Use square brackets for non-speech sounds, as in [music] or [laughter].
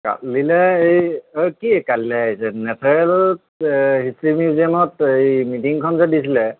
[unintelligible] কালিলে এই কি কাইলৈ আহিছে নেচাৰেল ট্ৰেইনিং কেম্পত মিটিংখন যে দিছিলে